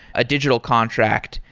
a digital contract,